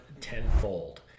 tenfold